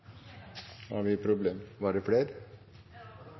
Har vi problemer? Er det flere?